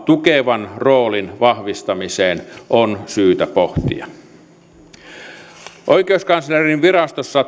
tukevan roolin vahvistamiseen on syytä pohtia oikeuskanslerinvirastossa